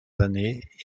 années